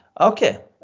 Okay